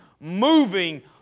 moving